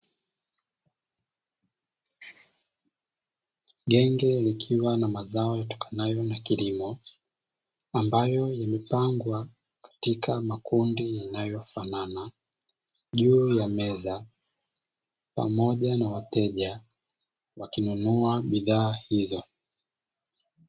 Genge likiwa na mazao yatokanayo na kilimo, ambayo yamepangwa katika makundi yanayofanana juu ya meza, pamoja na wateja wakinunua bidhaa hizo.